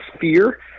fear